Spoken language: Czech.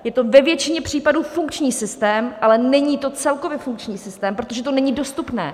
Je to ve většině případů funkční systém, ale není to celkově funkční systém, protože to není dostupné.